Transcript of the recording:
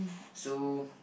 so